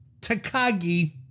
Takagi